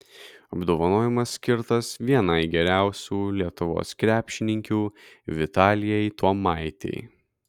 apdovanojimas skirtas vienai geriausių lietuvos krepšininkių vitalijai tuomaitei